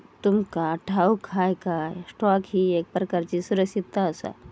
तुमका ठाऊक हा काय, स्टॉक ही एक प्रकारची सुरक्षितता आसा?